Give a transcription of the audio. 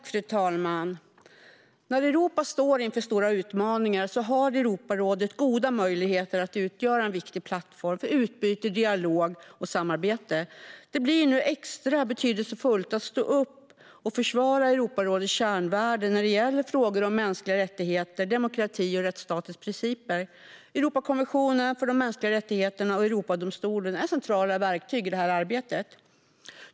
Fru talman! När Europa står inför stora utmaningar har Europarådet goda möjligheter att utgöra en viktig plattform för utbyte, dialog och samarbete. Det blir nu extra betydelsefullt att stå upp och försvara Europarådets kärnvärden när det gäller frågor om mänskliga rättigheter, demokrati och rättsstatens principer. Europakonventionen för de mänskliga rättigheterna och Europadomstolen är centrala verktyg i arbetet.